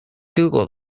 google